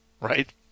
right